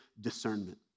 discernment